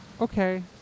Okay